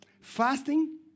fasting